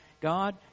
God